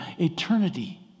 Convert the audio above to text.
Eternity